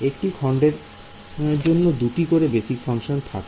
একটি খন্ডের জন্য দুটি করে বেশিক্ষণ থাকে